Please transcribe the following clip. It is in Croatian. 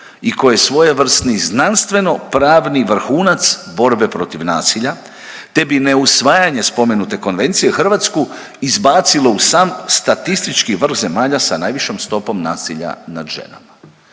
i koje svojevrsni znanstveno pravni vrhunac borbe protiv nasilja te bi neusvajanje spomenute konvencije Hrvatsku izbacilo u sam statistički vrh zemalja sa najvišom stopom nasilja nad ženama.